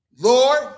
Lord